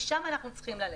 לשם אנחנו צריכים ללכת.